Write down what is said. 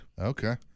Okay